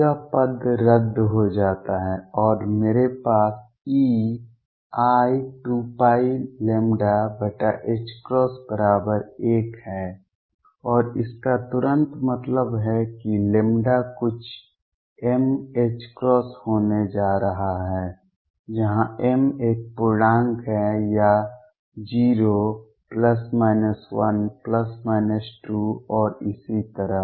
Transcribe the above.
यह पद रद्द हो जाता है और मेरे पास ei2πλ 1 है और इसका तुरंत मतलब है कि λ कुछ m होने जा रहा है जहां m एक पूर्णांक है या 0 1 2 और इसी तरह